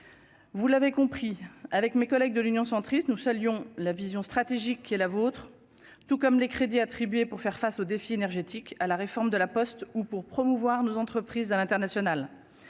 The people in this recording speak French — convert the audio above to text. vous l'avez compris avec mes collègues de l'Union centriste nous saluons la vision stratégique qui est la vôtre, tout comme les crédits attribués pour faire face aux défis énergétiques à la réforme de la poste ou pour promouvoir nos entreprises à l'international,